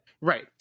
Right